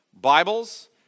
Bibles